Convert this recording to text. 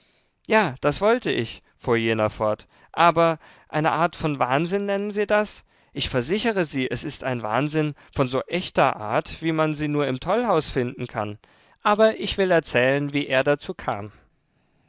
ja das wollte ich fuhr jener fort aber eine art von wahnsinn nennen sie das ich versichere sie es ist ein wahnsinn von so echter art wie man sie nur im tollhaus finden kann aber ich will erzählen wie er dazu kam